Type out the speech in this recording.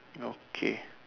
okay